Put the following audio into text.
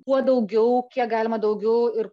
kuo daugiau kiek galima daugiau ir